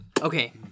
Okay